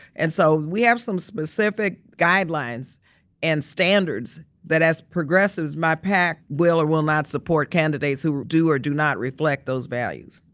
and so we have some specific guidelines and standards that as progressives, my pac will or will not support candidates who do or do not reflect those values.